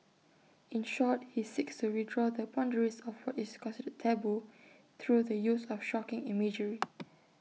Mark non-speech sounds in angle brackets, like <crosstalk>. in short he seeks to redraw the boundaries of what is considered 'taboo' through the use of 'shocking' imagery <noise>